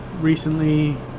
recently